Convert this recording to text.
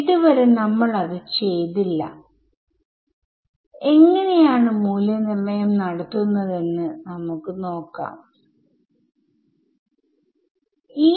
ഇവയാണ് ഈ ഫംഗ്ഷൻമൂല്യനിർണയം നടത്താൻ ഉപയോഗിക്കുന്ന അഞ്ച് സ്റ്റെൻസിൽ പോയിന്റുകൾ